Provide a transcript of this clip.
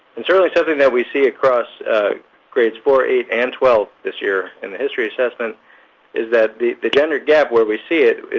and certainly something that we see across grades four, eight, and twelve this year in the history assessment is that the the gender gap where we see it,